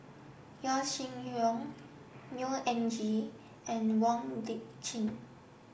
Yaw Shin Leong Neo Anngee and Wong Lip Chin